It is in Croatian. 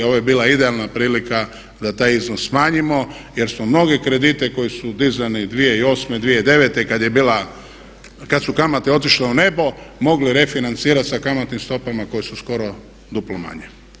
Ovo je bila idealna prilika da taj iznos smanjimo jer smo mnoge kredite koji su dizani 2008., 2009. kada je bila, kad su kamate otišle u nebo mogli refinancirati sa kamatnim stopama koje su skoro duplo manje.